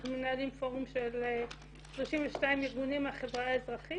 אנחנו מנהלים פורום של 32 ארגונים מהחברה האזרחית